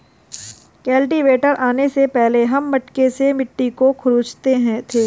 cultivator आने से पहले हम मटके से मिट्टी को खुरंचते थे